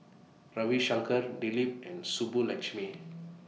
Ravi Shankar Dilip and Subbulakshmi